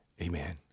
Amen